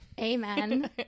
Amen